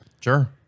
Sure